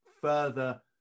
further